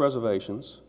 reservations